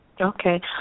Okay